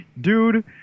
dude